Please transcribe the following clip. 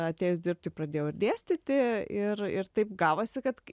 atėjus dirbti pradėjau ir dėstyti ir ir taip gavosi kad